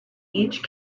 each